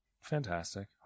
Fantastic